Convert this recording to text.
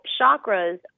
chakras